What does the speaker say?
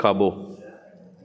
खाॿो